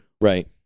Right